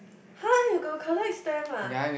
har you got collect stamp ah